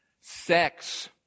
Sex